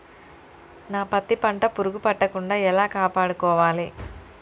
నా పత్తి పంట పురుగు పట్టకుండా ఎలా కాపాడుకోవాలి?